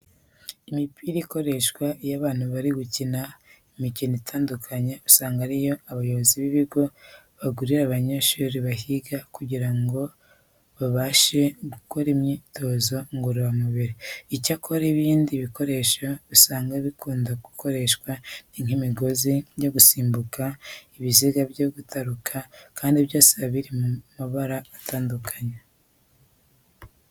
Imipira ikoreshwa iyo abantu bari gukina imikino itandukanye usanga ari yo abayobozi b'ikigo bagurira abanyeshuri bahiga kugira ngo babafashe gukora imwe mu myitozo ngororamubiri. Icyakora ibindi bikoresho usanga bikunda gukoreshwa ni nk'imigozi yo gusimbuka, ibiziga byo gutaruka kandi byose biba biri mu mabara atandukanye.